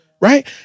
right